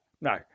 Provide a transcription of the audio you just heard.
no